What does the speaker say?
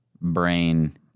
brain